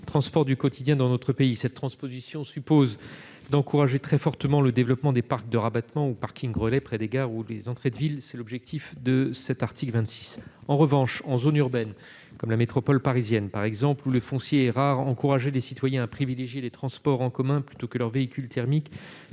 transports du quotidien dans notre pays. Cette transition suppose d'encourager très fortement le développement des parcs de rabattement ou parkings relais près des gares ou aux entrées de ville. C'est l'objectif de l'article 26. En revanche, dans des zones urbaines comme la métropole parisienne, où le foncier est rare, encourager les citoyens à privilégier les transports en commun plutôt que leur véhicule thermique